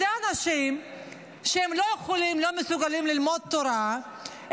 אלה אנשים שלא יכולים ולא מסוגלים ללמוד תורה,